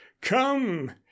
come